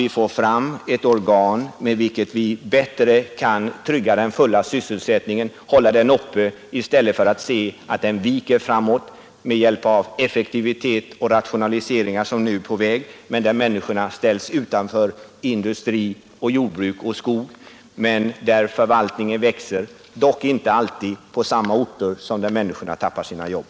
Vi måste få ett organ med vilket vi bättre kan trygga den fulla sysselsättningen och hålla den uppe i stället för att behöva se att den i framtiden viker med hjälp av effektivitet och rationaliseringar som nu är på väg, där människorna ställs utanför industri, jordbruk och skog, medan förvaltningen växer — dock inte alltid på samma orter som där människorna tappar sina jobb.